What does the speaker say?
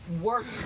work